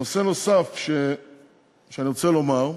נושא נוסף שאני רוצה לומר,